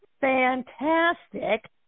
fantastic